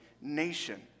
nation